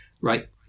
right